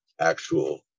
actual